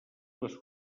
les